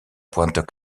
pointe